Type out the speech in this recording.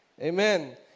amen